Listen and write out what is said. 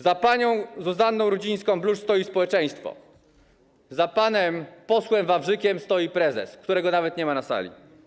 Za panią Zuzanną Rudzińską-Bluszcz stoi społeczeństwo, za panem posłem Wawrzykiem stoi prezes, którego nawet nie ma na sali.